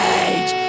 age